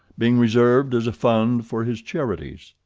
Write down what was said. being reserved as a fund for his charities.